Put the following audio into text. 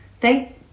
Thank